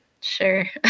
Sure